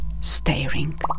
staring